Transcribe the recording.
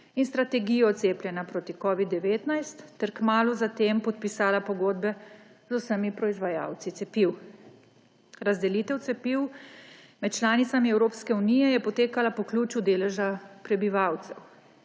in strategijo cepljenja proti COVID-19 ter kmalu za tem podpisala pogodbe z vsemi proizvajalci cepiv. Razdelitev cepiv med članicami EU je potekala po ključu deleža prebivalcev.